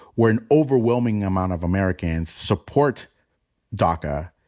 where an overwhelming amount of americans support daca.